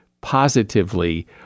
positively